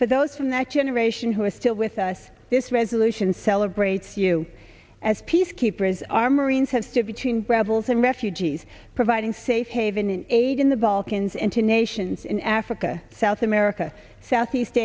for those from that generation who are still with us this resolution celebrates you as peacekeepers our marines have stood between rebels and refugees providing safe haven in aid in the balkans into nations in africa south america southeast